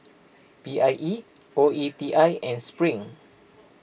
P I E O E T I and Spring